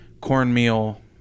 cornmeal